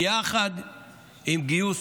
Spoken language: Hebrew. ביחד עם גיוס